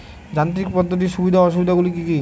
যান্ত্রিক পদ্ধতির সুবিধা ও অসুবিধা গুলি কি কি?